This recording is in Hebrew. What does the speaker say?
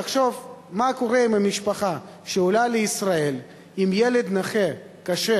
תחשוב מה קורה למשפחה שעולה לישראל עם ילד נכה קשה,